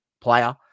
player